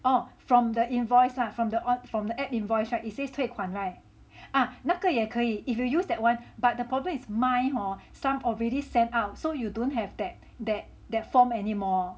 oh from the invoice lah from the app from the app invoice [right] he says 退款 [right] ah 那个也可以 if you use that one but the problem is mine hor some already sent out so you don't have that that that form anymore